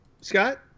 Scott